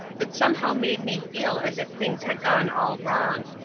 that somehow made me feel as if things had gone all wrong.